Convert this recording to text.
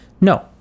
No